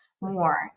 more